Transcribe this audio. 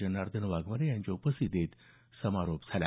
जनार्दन वाघमारे यांच्या उपस्थितीत समारोप झाला